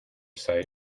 sight